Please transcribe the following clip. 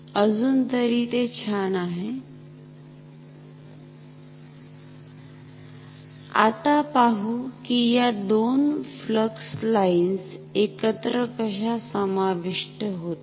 अजून तरी ते छान आहे आता पाहू कि या दोन फ्लक्स लाईन्स एकत्र कश्या समाविष्ट होतात